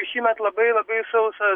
šįmet labai labai sausas